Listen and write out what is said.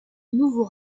nouveaux